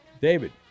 David